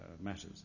matters